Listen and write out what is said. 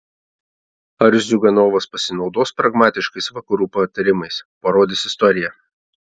ar ziuganovas pasinaudos pragmatiškais vakarų patarimais parodys istorija